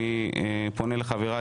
אני פונה לחברי,